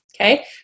Okay